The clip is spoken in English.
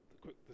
quick